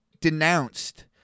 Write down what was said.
denounced